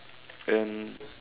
and